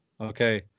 Okay